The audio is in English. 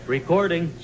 Recording